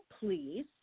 please